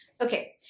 Okay